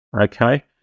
Okay